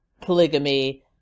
polygamy